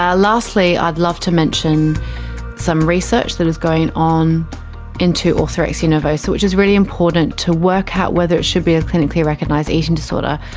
ah lastly i'd love to mention some research that is going on into orthorexia nervosa which is really important to work out whether it should be a clinically recognised eating disorder.